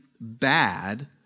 bad